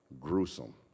Gruesome